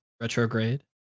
Retrograde